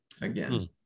again